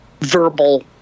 verbal